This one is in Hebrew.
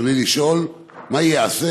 רצוני לשאול: מה ייעשה